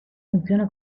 funciona